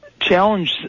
challenge